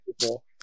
people